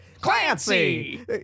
Clancy